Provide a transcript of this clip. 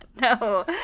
no